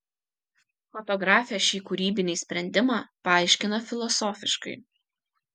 fotografė šį kūrybinį sprendimą paaiškina filosofiškai